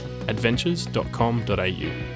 adventures.com.au